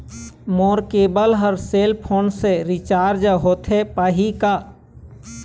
मोर cable हर cell phone से recharge होथे पाही का?